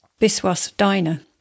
Biswas-Diner